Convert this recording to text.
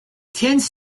tends